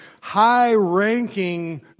high-ranking